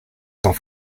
sont